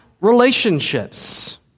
relationships